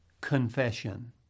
confession